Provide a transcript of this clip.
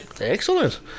Excellent